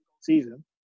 season